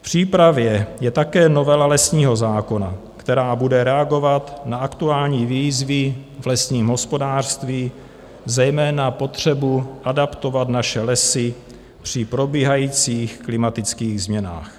V přípravě je také novela lesního zákona, která bude reagovat na aktuální výzvy v lesním hospodářství, zejména potřebu adaptovat naše lesy při probíhajících klimatických změnách.